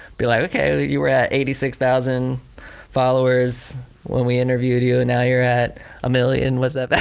be like okay, you were at eighty six thousand followers when we interviewed you and now you're at a million. what's the